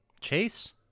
Chase